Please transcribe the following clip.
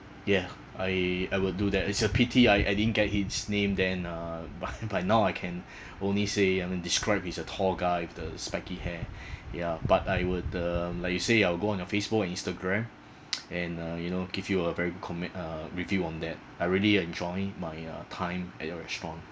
yeah I I will do that it's a pity I I didn't get his name then uh but but now I can only say I mean describe he's a tall guy with the spiky hair ya but I would um like you say I'll go on your facebook and instagram and uh you know give you a very comment uh review on that I really enjoy my uh time at your restaurant